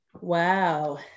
wow